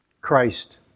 Christ